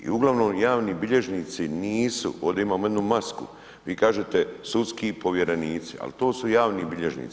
I uglavnom javni bilježnici nisu, ovdje imamo jednu masku, vi kažete sudski povjerenici, ali to su javni bilježnici.